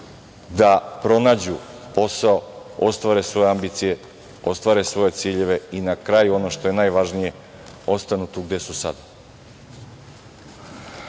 da pronađu posao, ostvare svoje ambicije, ostvare svoje ciljeve i na kraju, ono što je najvažnije, ostanu tu gde su